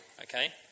Okay